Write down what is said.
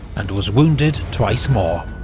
and was wounded twice more.